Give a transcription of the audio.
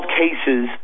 cases